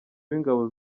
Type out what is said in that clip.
w’ingabo